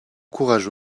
courage